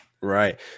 Right